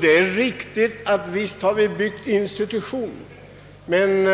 Det är riktigt att vi har byggt institutioner, men